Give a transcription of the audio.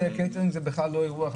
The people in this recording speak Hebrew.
קייטרינג זה בכלל לא אירוח.